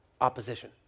opposition